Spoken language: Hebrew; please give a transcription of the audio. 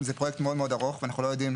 שזה פרויקט מאוד ארוך, ואנחנו לא יודעים